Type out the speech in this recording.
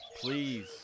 Please